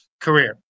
career